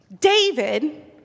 David